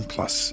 Plus